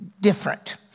different